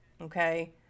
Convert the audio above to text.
Okay